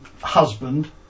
husband